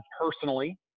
personally